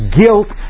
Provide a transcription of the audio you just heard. guilt